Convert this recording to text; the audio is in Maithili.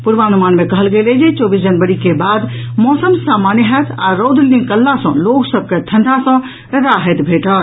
पूर्वानुमान मे कहल गेल अछि जे चौबीस जनवरी के बाद मौसम सामान्य होयत आ रौद निकलला सॅ लोक सभ के ठंडा सॅ राहित भेटत